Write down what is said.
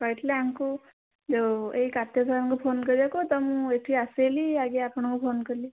କହିଥିଲେ ୟାଙ୍କୁ ଯେଉଁ ଏଇ କାର୍ତ୍ତିକ ସାର୍ଙ୍କୁ ଫୋନ କରିବାକୁ ତ ମୁଁ ଏଠି ଆସିଲି ଆଗେ ଆପଣଙ୍କୁ ଫୋନ କଲି